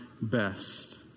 best